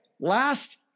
Last